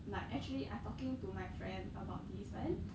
like actually I talking to my friend about this but then